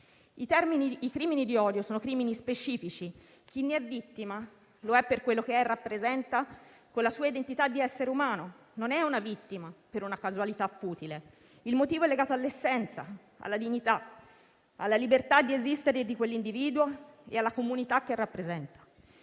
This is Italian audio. I crimini di odio sono crimini specifici; chi ne è vittima, lo è per quello che rappresenta con la sua identità di essere umano, non è una vittima per una casualità futile. Il motivo è legato all'essenza, alla dignità, alla libertà di esistere di quell'individuo e alla comunità che rappresenta.